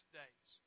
days